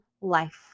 life